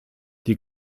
die